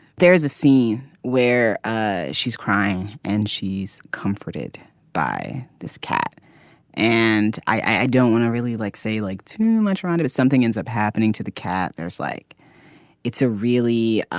there is a scene where ah she's crying and she's comforted by this cat and i don't want to really like say like too much around it as something ends up happening to the cat. there's like it's a really ah